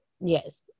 Yes